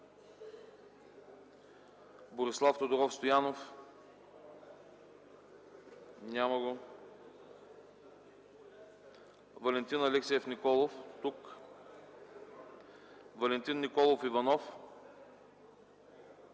Борислав Тодоров Стоянов - отсъства Валентин Алексиев Николов - тук Валентин Николов Иванов